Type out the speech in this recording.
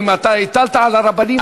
אתה הטלת על הרבנים דברים,